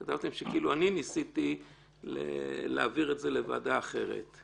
כתבתם שכאילו אני ניסיתי להעביר את זה לוועדה אחרת.